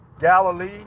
Galilee